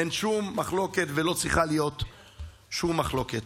אין שום מחלוקת ולא צריכה להיות שום מחלוקת.